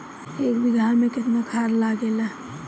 एक बिगहा में केतना खाद लागेला?